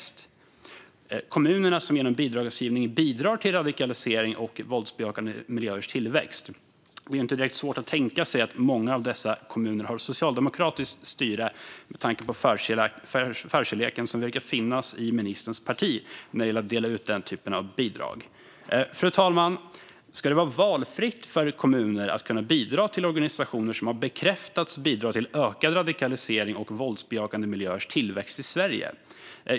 Det är inte direkt svårt att tänka sig att många av de kommuner som genom bidragsgivning bidrar till radikalisering och våldsbejakande miljöers tillväxt har socialdemokratiskt styre med tanke på den förkärlek som verkar finnas i ministerns parti för att dela ut den typen av bidrag. Fru talman! Ska det vara valfritt för kommuner att bidra till organisationer som har bekräftats bidra till ökad radikalisering och våldsbejakande miljöers tillväxt i Sverige?